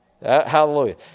Hallelujah